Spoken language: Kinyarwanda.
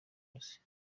hose